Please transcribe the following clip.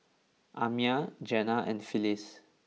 Amiah Jenna and Phyliss